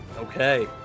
Okay